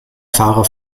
fahrer